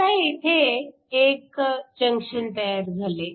आता येथे एक जंक्शन तयार झाले